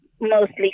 mostly